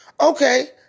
Okay